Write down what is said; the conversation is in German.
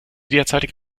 derzeitige